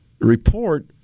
report